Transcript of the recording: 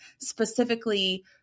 specifically